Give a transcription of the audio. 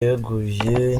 yeguye